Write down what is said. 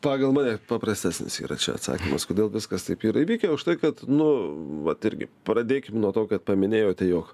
pagal mane paprastesnis yra čia atsakymas kodėl viskas taip yra įvykę užtai kad nu vat irgi pradėkim nuo to kad paminėjote jog